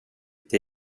det